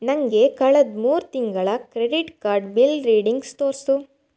ನನಗೆ ಕಳೆದ ಮೂರು ತಿಂಗಳ ಕ್ರೆಡಿಟ್ ಕಾರ್ಡ್ ಬಿಲ್ ರೀಡಿಂಗ್ಸ್ ತೋರಿಸು